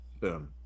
boom